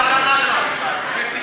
אז מה הטענה שלך בכלל?